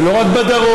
זה לא רק בדרום,